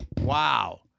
Wow